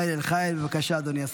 מחיל אל חיל, בבקשה, אדוני השר.